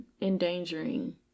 endangering